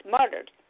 murdered